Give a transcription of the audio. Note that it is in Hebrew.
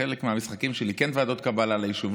כחלק מהמשחקים של כן ועדות קבלה ליישוב,